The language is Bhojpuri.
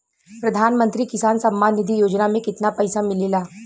प्रधान मंत्री किसान सम्मान निधि योजना में कितना पैसा मिलेला?